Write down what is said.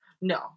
No